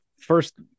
first